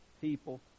people